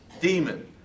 demon